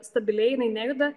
stabiliai jinai nejuda